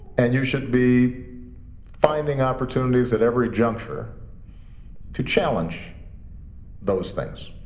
and you should be finding opportunities at every juncture to challenge those things.